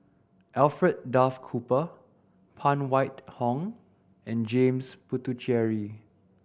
Alfred Duff Cooper Phan Wait Hong and James Puthucheary